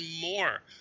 more